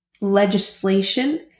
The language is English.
legislation